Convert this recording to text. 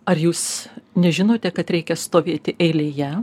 ar jūs nežinote kad reikia stovėti eilėje